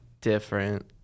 different